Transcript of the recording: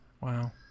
Wow